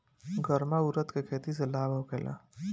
गर्मा उरद के खेती से लाभ होखे ला?